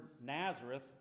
Nazareth